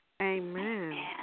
Amen